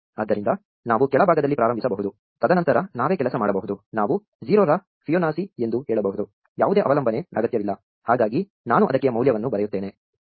ಆದ್ದರಿಂದ ನಾವು ಕೆಳಭಾಗದಲ್ಲಿ ಪ್ರಾರಂಭಿಸಬಹುದು ತದನಂತರ ನಾವೇ ಕೆಲಸ ಮಾಡಬಹುದು ನಾವು 0 ರ ಫೈಬೊನಾಚಿ ಎಂದು ಹೇಳಬಹುದು ಯಾವುದೇ ಅವಲಂಬನೆ ಅಗತ್ಯವಿಲ್ಲ ಹಾಗಾಗಿ ನಾನು ಅದಕ್ಕೆ ಮೌಲ್ಯವನ್ನು ಬರೆಯುತ್ತೇನೆ